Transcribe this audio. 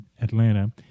Atlanta